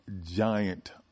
Giant